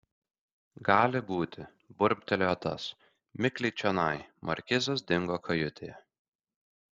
gali būti burbtelėjo tas mikliai čionai markizas dingo kajutėje